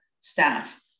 staff